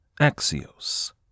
Axios